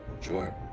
Sure